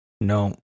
No